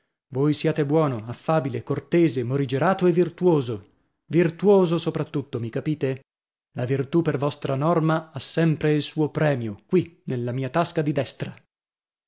voi siate buono affabile cortese morigerato e virtuoso virtuoso sopra tutto mi capite la virtù per vostra norma ha sempre il suo premio qui nella mia tasca di destra